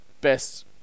best